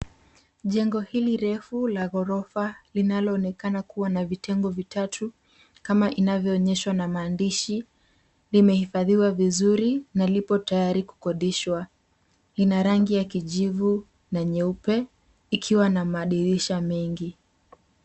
Jengo hili refu la ghorofa, linaloonekana kuwa na vitengo vitatu kama inavyoonyeshwa na maandishi, limehifadhiwa vizuri na lipo tayari kukodishwa. Ina rangi ya kijivu na nyeupe, ikiwa na madirisha mengi.